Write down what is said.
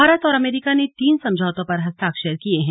भारत और अमरीका ने तीन समझौतों पर हस्ताक्षर किये हैं